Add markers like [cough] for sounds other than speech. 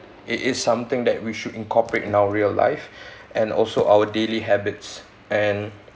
it is something that we should incorporate in our real life [breath] and also our daily habits and